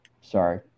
Sorry